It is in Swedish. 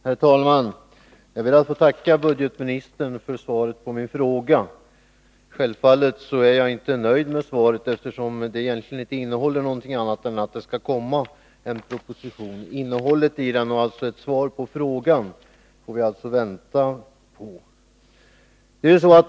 Herr talman! Jag ber att få tacka budgetministern för svaret på min fråga. Självfallet är jag inte nöjd med svaret, eftersom det egentligen inte innehåller någonting annat än ett besked om att det skall komma en proposition. Innehållet i den propositionen blir svaret på frågan, och det får vi alltså vänta på.